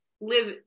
live